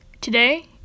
Today